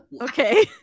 Okay